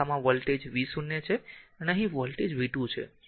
આખામાં voltage v0 છે અહીં voltage v 2 છે